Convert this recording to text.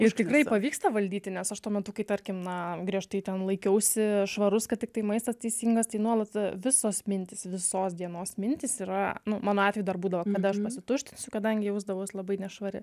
ir tikrai pavyksta valdyti nes aš tuo metu kai tarkim na griežtai ten laikiausi švarus kad tiktai maistas teisingas tai nuolat visos mintys visos dienos mintys yra nu mano atveju dar būdavo kada aš pasituštinsiu kadangi jausdavausi labai nešvari